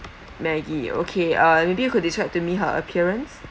maggie okay uh maybe you could describe to me her appearance